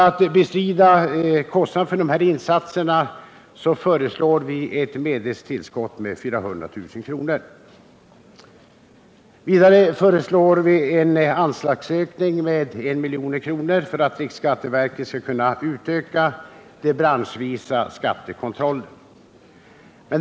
För bestridandet av kostnaderna av dessa insatser föreslår vi ett medelstillskott med 400 000 kr. Vidare föreslår vi en anslagsökning med 1 milj.kr. för att riksskatteverket skall kunna utöka de branschvisa skattekontrollerna.